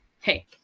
Hey